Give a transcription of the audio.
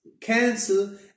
cancel